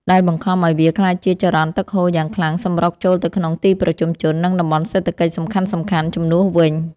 ដែលបង្ខំឱ្យវាក្លាយជាចរន្តទឹកហូរយ៉ាងខ្លាំងសម្រុកចូលទៅក្នុងទីប្រជុំជន និងតំបន់សេដ្ឋកិច្ចសំខាន់ៗជំនួសវិញ។